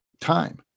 time